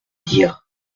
dire